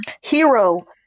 hero